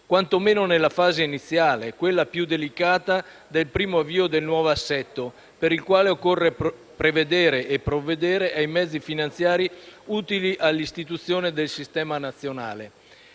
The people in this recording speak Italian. quantomeno nella fase iniziale, quella più delicata, del primo avvio del nuovo assetto, per il quale occorre prevedere e provvedere ai mezzi finanziari utili all'istituzione del Sistema nazionale.